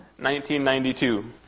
1992